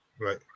Right